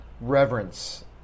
reverence